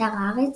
באתר הארץ,